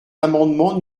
l’amendement